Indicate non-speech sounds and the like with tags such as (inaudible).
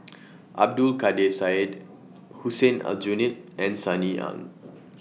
(noise) Abdul Kadir Syed Hussein Aljunied and Sunny Ang